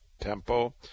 tempo